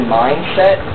mindset